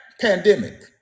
pandemic